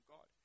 God